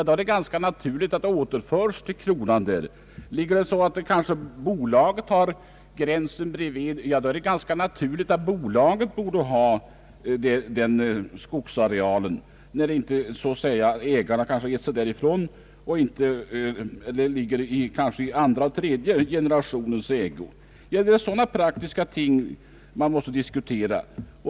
Då är det ganska naturligt att marken återförs till kronan. Om skogsarealen gränsar till en bolagsmark, då är det naturligt att bolaget får köpa skogsmarken när den förutvarande ägaren gett sig därifrån och marken övergått i andra eller tredje generationens ägo. Det är sådana praktiska ting som man måste diskutera.